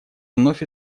вновь